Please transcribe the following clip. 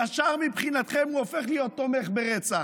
ישר מבחינתכם הוא הופך להיות תומך ברצח.